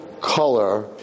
color